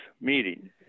meeting